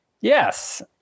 Yes